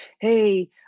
Hey